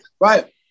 right